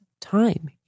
time